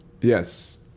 Yes